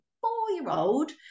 four-year-old